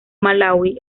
malaui